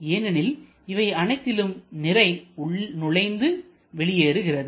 ஏனெனில் இவை அனைத்திலும் நிறை உள்ளே நுழைந்து வெளியேறுகிறது